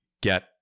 get